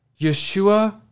Yeshua